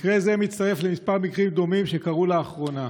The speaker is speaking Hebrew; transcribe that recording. מקרה זה מצטרף לכמה מקרים דומים שקרו לאחרונה.